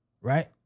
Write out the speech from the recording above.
right